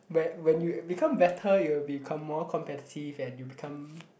when when you become better you will become more competitive and you become